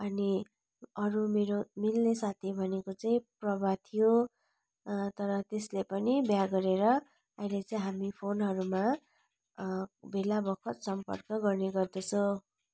अनि अरू मेरो मिल्ने साथी भनेको चाहिँ प्रभा थियो तर त्यसले पनि विवाह गरेर अहिले चाहिँ हामी फोनहरूमा बेला बखत सम्पर्क गर्ने गर्दछौँ